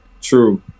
true